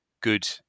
good